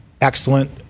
excellent